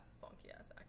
funky-ass